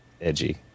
Edgy